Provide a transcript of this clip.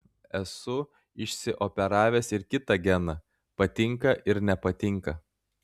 esu išsioperavęs ir kitą geną patinka ir nepatinka